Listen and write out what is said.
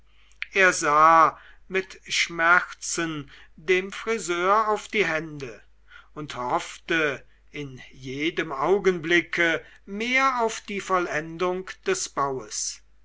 er sah mit schmerzen dem friseur auf die hände und hoffte in jedem augenblicke mehr auf die vollendung des baues